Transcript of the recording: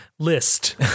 list